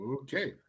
okay